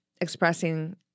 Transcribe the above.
expressing